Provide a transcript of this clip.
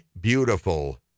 beautiful